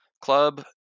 club